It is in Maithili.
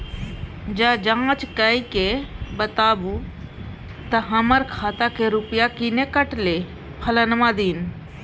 ज जॉंच कअ के बताबू त हमर खाता से रुपिया किये कटले फलना दिन?